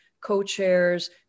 co-chairs